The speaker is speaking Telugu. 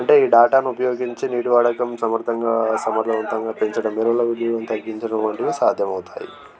అంటే ఈ డేటాను ఉపయోగించి నీటి వాడకం సమర్థంగా సమర్థవంతంగా పెంచడం తగ్గించడం వంటివి సాధ్యం అవుతాయి